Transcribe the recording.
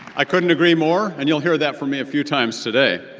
i couldn't agree more. and you'll hear that from me a few times today.